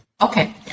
Okay